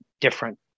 different